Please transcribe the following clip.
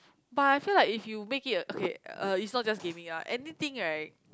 but I feel like if you make it a okay uh it's not just gaming ah anything right